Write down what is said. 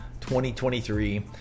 2023